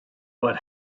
but